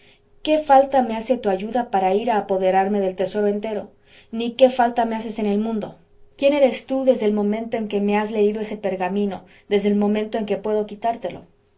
qué falta me hace tu ayuda para ir a apoderarme del tesoro entero ni qué falta me haces en el mundo quién eres tú desde el momento en que me has leído ese pergamino desde el momento en que puedo quitártelo